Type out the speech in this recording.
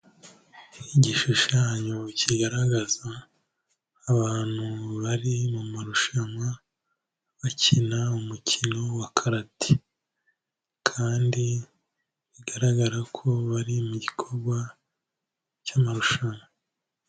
Igishushanyo kigaragaza abantu bari mu marushanwa bakina umukino wa karate. Kandi bigaragara ko bari mu gikorwa cy'amarushanwa.